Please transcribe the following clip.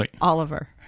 Oliver